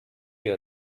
your